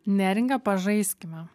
neringa pažaiskime